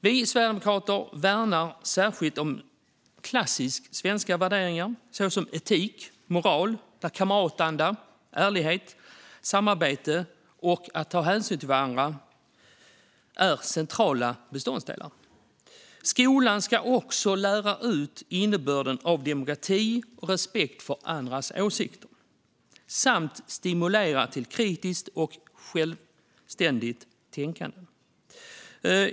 Vi sverigedemokrater värnar särskilt de klassiskt svenska värderingarna, såsom etik och moral, där kamratanda, ärlighet, samarbete och hänsyn till varandra är centrala beståndsdelar. Skolan ska också lära ut innebörden av demokrati och respekt för andras åsikter samt stimulera till kritiskt och självständigt tänkande.